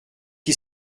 qui